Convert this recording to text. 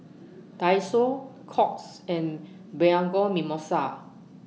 Daiso Courts and Bianco Mimosa